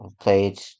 played